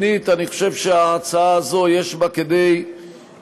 שנית, אני חושב שההצעה הזאת, יש בה כדי לחזק